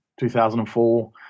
2004